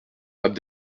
abd